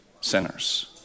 sinners